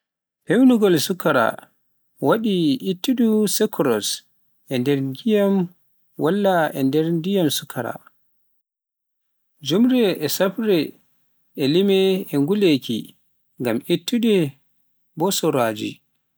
Pewnugol suukara waɗi ittude sukrose e nder ƴiiƴam walla e nder ƴiiƴam suukara, Juumre e safree e lime e nguleeki ngam ittude mborosaaji.